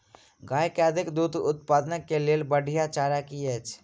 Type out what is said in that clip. गाय केँ अधिक दुग्ध उत्पादन केँ लेल बढ़िया चारा की अछि?